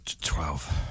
Twelve